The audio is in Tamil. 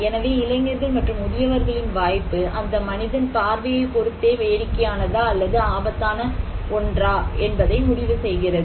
எனவே இளைஞர்கள் மற்றும் முதியவர்களின் வாய்ப்பு அந்த மனிதன் பார்வையைப் பொருத்தே வேடிக்கையானதா அல்லது ஆபத்தான ஒன்றா என்பதை முடிவு செய்கிறது